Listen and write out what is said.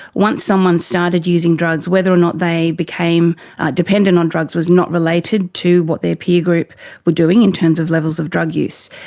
once someone started using drugs, whether or not they became dependent on drugs was not related to what their peer group were doing in terms of levels of drug use,